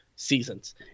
Seasons